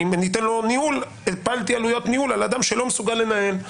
אם אתן לו ניהול הפלתי עלויות ניהול על אדם שלא מסוגל לנהל.